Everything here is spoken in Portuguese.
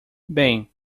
bem